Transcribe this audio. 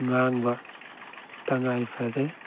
ꯉꯥꯡꯕ ꯇꯉꯥꯏ ꯐꯗꯦ